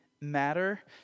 matter